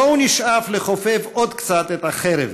בואו נשאף לכופף עוד קצת את החרב,